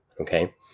Okay